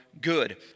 good